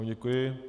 Děkuji.